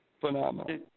Phenomenal